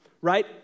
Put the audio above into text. right